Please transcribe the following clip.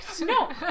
No